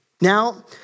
Now